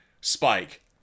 Spike